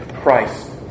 Christ